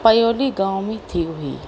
पयोली गांव में थी हुई